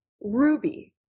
Ruby